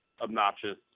obnoxious